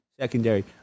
secondary